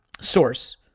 source